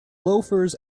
loafers